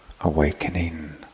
Awakening